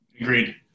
Agreed